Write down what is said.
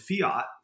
Fiat